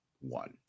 one